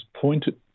pointed